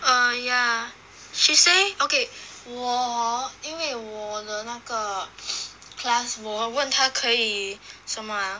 err yeah she say okay 我因为我的那个 class 我问她可以什么 ah